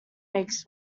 makes